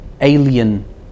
alien